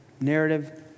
narrative